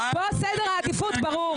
פה סדר העדיפות ברור.